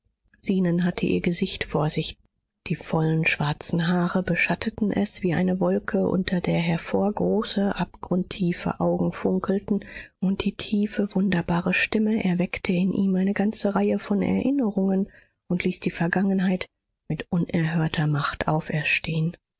zenon hatte ihr gesicht vor sich die vollen schwarzen haare beschatteten es wie eine wolke unter der hervor große abgrundtiefe augen funkelten und die tiefe wunderbare stimme erweckte in ihm eine ganze reihe von erinnerungen und ließ die vergangenheit mit unerhörter macht auferstehen